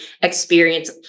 experience